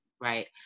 Right